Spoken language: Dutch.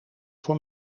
voor